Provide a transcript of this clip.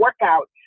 workout